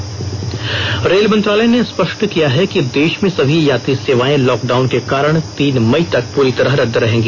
rail स्पष्टीकरण rail मंत्रालय ने स्पष्ट किया है कि देश में सभी यात्री सेवाएं लॉकडाउन के कारण तीन मई तक प्ररी तरह रद्द रहेंगी